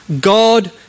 God